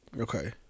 Okay